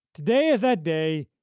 today is that day,